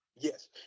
Yes